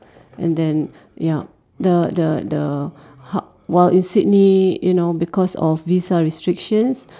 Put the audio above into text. and then yup the the the ha~ while in Sydney you know because of Visa restrictions